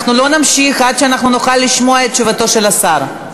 אנחנו לא נמשיך עד שאנחנו נוכל לשמוע את תשובתו של השר.